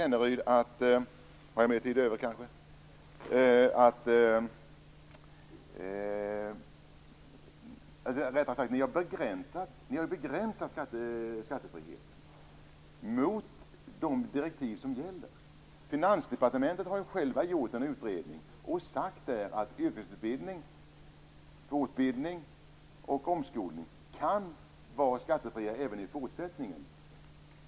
Ni har begränsat skattefriheten mot de direktiv som gäller. Finansdepartementet har gjort en utredning och sagt att yrkesutbildning, fortbildning och omskolning kan vara skattefria även i fortsättningen.